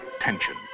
tension